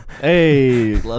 Hey